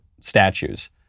statues